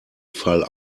fall